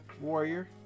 warrior